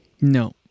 No